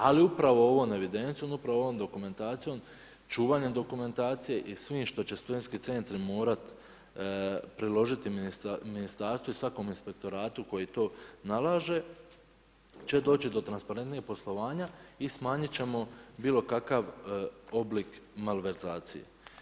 Ali upravo ovom evidencijom, upravo ovom dokumentacijom, čuvanjem dokumentacije i svim što će stud.centri morat priložiti ministarstvu i svakom inspektoratu koji to nalaže će doći do transparentnijeg poslovanja i smanjit ćemo bilo kakav oblik malverzacije.